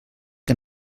que